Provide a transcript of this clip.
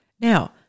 Now